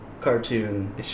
cartoon